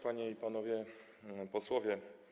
Panie i Panowie Posłowie!